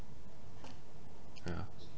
yeah